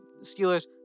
Steelers